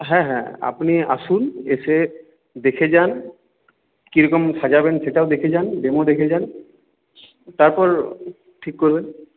হ্যাঁ হ্যাঁ আপনি আসুন এসে দেখে যান কীরকম সাজাবেন সেটাও দেখে যান ডেমো দেখে যান তারপর ঠিক করবেন